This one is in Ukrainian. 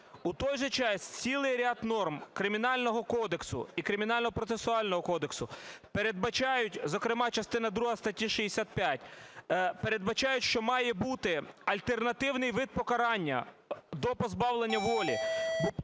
У той же час цілий ряд норм Кримінального кодексу і Кримінального процесуального кодексу передбачають, зокрема частина друга статті 65, передбачають, що має бути альтернативний вид покарання до позбавлення волі.